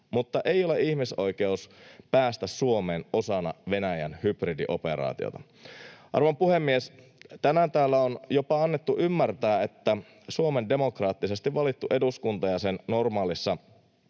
mutta ei ole ihmisoikeus päästä Suomeen osana Venäjän hybridioperaatiota. Arvon puhemies! Tänään täällä on jopa annettu ymmärtää, että Suomen demokraattisesti valittu eduskunta ja sen normaalissa